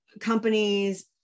companies